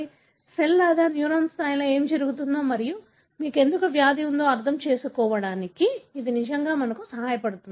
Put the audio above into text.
కాబట్టి సెల్ లేదా న్యూరాన్ స్థాయిలో ఏమి జరుగుతుందో మరియు మీకు ఎందుకు వ్యాధి ఉందో అర్థం చేసుకోవడానికి ఇది నిజంగా మాకు సహాయపడుతుంది